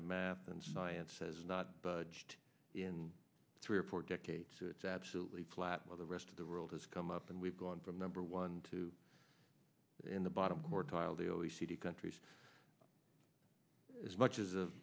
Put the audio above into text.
of math and science says not budged in three or four decades it's absolutely flat while the rest of the world has come up and we've gone from number one to in the bottom more tile the o e c d countries as much as a